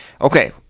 Okay